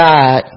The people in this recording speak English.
God